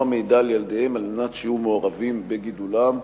המידע על ילדיהם על מנת שיהיו מעורבים בגידולם.